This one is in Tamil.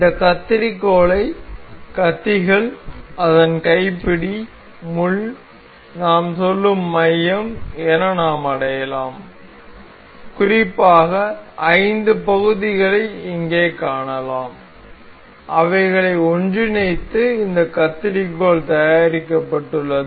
இந்த கத்தரிக்கோலை கத்திகள் அதன் கைப்பிடி முள் நாம் சொல்லும் மையம் என நாம் அடையாளம் காணலாம் குறிப்பாக 5 பகுதிகளை இங்கே காணலாம் அவைகளை ஒன்றிணைத்து இந்த கத்தரிக்கோல் தயாரிக்கப்பட்டுள்ளது